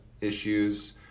issues